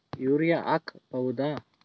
Urea ಹಾಕ್ ಬಹುದ?